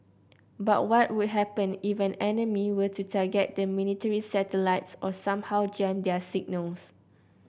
but what would happen if an enemy were to target the military's satellites or somehow jam their signals